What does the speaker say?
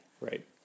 Right